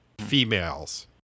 females